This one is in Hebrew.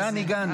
לאן הגענו?